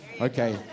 Okay